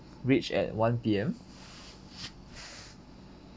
reach at one P_M